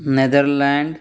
Netherlands